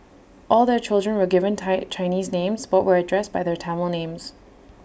all their children were given Thai Chinese names but were addressed by their Tamil names